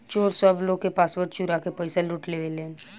चोर सब लोग के पासवर्ड चुरा के पईसा लूट लेलेन